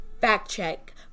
fact-check